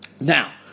Now